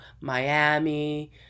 miami